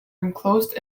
enclosed